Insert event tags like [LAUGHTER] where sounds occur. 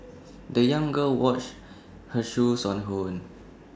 [NOISE] the young girl washed her shoes on her own